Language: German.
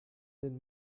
den